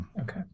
Okay